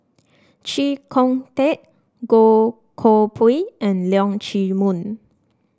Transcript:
Chee Kong Tet Goh Koh Pui and Leong Chee Mun